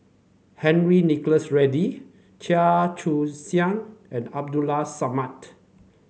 Henry Nicholas Ridley Chia Choo Suan and Abdulla Samad